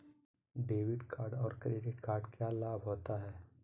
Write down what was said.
Debit card और credit card क्या लाभ होता है?